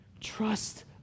Trust